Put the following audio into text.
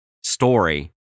story